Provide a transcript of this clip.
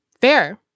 Fair